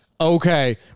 okay